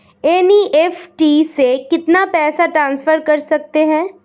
NEFT से कितना पैसा ट्रांसफर कर सकते हैं?